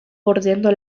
bordeando